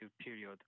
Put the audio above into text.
period